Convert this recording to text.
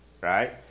right